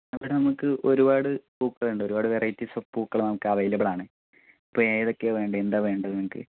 ഇവിടെ നമുക്ക് ഒരുപാട് പൂക്കളുണ്ട് ഒരുപാട് വെറൈറ്റിസ് ഓഫ് പൂക്കൾ നമുക്ക് അവൈലബിളാണ് അപ്പോൾ ഏതൊക്കെയാ വേണ്ടത് എന്താ വേണ്ടത് നിങ്ങൾക്ക്